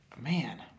man